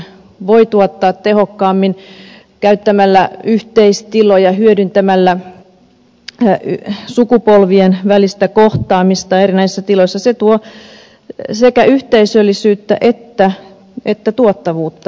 palveluitakin voi tuottaa tehokkaammin käyttämällä yhteistiloja hyödyntämällä sukupolvien välistä kohtaamista erinäisissä tiloissa se tuo sekä yhteisöllisyyttä että tuottavuutta lisää